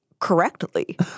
correctly